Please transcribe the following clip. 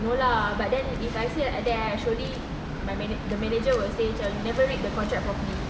no lah but then if I said it like that right surely my mana~ the manager will said you never read the contract properly